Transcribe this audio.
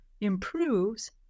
improves